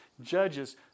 judges